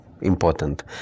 important